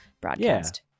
broadcast